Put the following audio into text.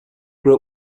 grew